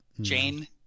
Jane